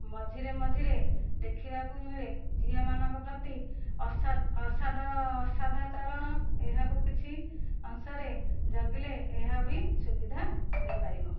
ମଝିରେ ମଝିରେ ଦେଖିବାକୁ ମିଳେ ଝିଅମାନଙ୍କ ପ୍ରତି ଅସଦାଚରଣ ଏହାକୁ କିଛି ଅଂଶରେ ଜଗିଲେ ଏହା ବି ସୁବିଧା ହୋଇପାରିବ